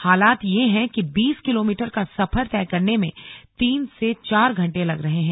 हालात ये हैं कि बीस किलोमीटर का सफर तय करने में तीन से चार घंटे लग रहे हैं